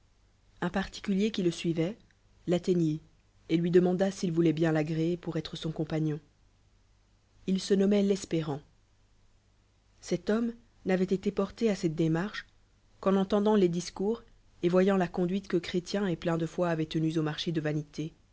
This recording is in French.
part iculier qui le suivait l'aueigoit et lui demanda s'il vouloit bien l'agréer pool être son compagnon il se nommoit l'espéranl cet homme d'avait été parlé à cette démarche qu'en entendant les discours et voyant ta conduite que chrétien et plem de foi avoient tenus ail dlarché de vanité